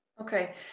Okay